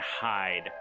hide